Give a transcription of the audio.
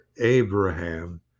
Abraham